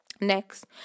Next